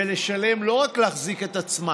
ולא רק להחזיק את עצמן